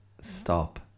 stop